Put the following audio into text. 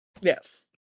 Yes